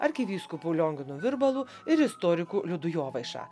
arkivyskupu lionginu virbalu ir istoriku liudu jovaiša